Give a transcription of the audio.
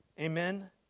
Amen